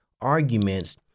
arguments